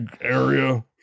area